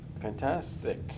Fantastic